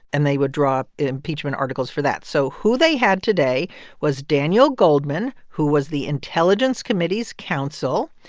and they would draw impeachment articles for that so who they had today was daniel goldman, who was the intelligence committee's counsel.